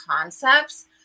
concepts